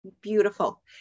Beautiful